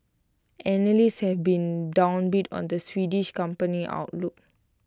analysts have been downbeat on the Swedish company's outlook